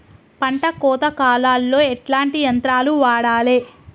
పంట కోత కాలాల్లో ఎట్లాంటి యంత్రాలు వాడాలే?